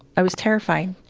i was terrified.